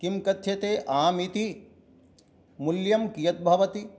किं कथ्यते आम् इति मूल्यं कियत् भवति